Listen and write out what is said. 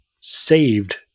saved